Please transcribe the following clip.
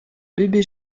bébé